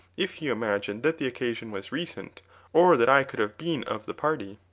if you imagine that the occasion was recent or that i could have been of the party.